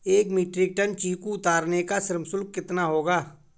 एक metric tonne चीकू उतारने का श्रम शुल्क कितना होगा?